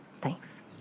Thanks